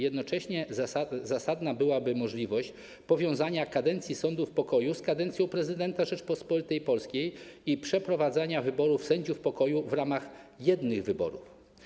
Jednocześnie zasadna byłaby możliwość powiązania kadencji sędziów pokoju z kadencją prezydenta Rzeczypospolitej Polskiej i przeprowadzania wyborów sędziów pokoju w ramach jednych wyborów.